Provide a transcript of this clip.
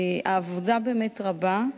העבודה באמת רבה,